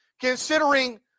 considering